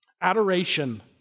adoration